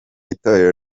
itorero